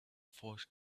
forced